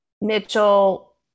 Mitchell